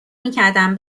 میکردم